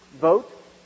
vote